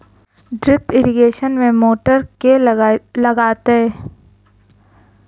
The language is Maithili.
ड्रिप इरिगेशन मे मोटर केँ लागतै?